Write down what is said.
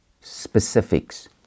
specifics